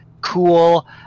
cool